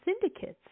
syndicates